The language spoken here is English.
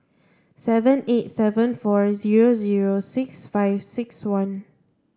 seven eight seven four zero zero six five six one